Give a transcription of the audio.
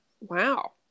wow